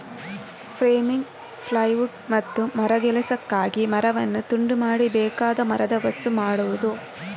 framing, plywood ಮತ್ತು ಮರಗೆಲಸಕ್ಕಾಗಿ ಮರವನ್ನು ತುಂಡು ಮಾಡಿ ಬೇಕಾದ ಮರದ ವಸ್ತು ಮಾಡುದು